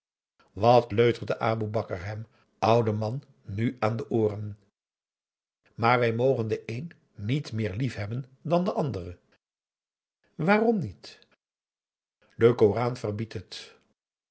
wat leuterde aboe bakar hem ouden man nu aan de ooren maar wij mogen de een niet meer liefhebben dan de andere aum boe akar eel aarom niet de koran verbiedt het